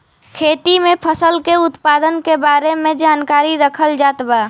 खेती में फसल के उत्पादन के बारे में जानकरी रखल जात बा